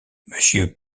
monsieur